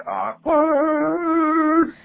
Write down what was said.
awkward